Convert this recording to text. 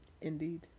Indeed